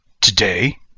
Today